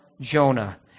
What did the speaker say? Jonah